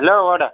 hello आदा